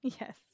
Yes